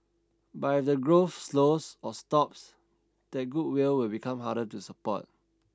but if the growth slows or stops that goodwill will become harder to support